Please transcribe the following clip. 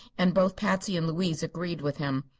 and both patsy and louise agreed with him,